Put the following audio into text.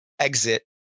exit